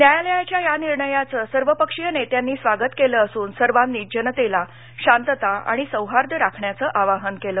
न्यायालयाच्या या निर्णयाचं सर्वपक्षीय नेत्यांनी स्वागत केलं असून सर्वांनीच जनतेला शांतता आणि सौहार्द राखण्याचं आवाहन केल